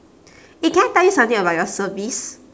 eh can I tell you something about your service